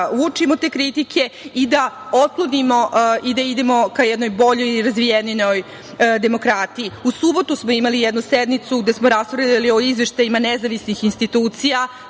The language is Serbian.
uočimo te kritike i da otklonimo i da idemo ka jednoj boljoj razvijenijoj demokratiji.U subotu smo imali jednu sednicu, gde smo raspravljali o izveštajima nezavisnih institucija,